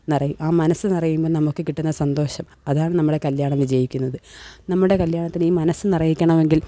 നിറയും ആ മനസ്സ് നിറയുമ്പോൾ നമുക്ക് കിട്ടുന്ന സന്തോഷം അതാണ് നമ്മുടെ കല്യാണം വിജയിക്കുന്നത് നമ്മുടെ കല്യാണത്തിന് ഈ മനസ്സ് നിറയിക്കണമെങ്കിൽ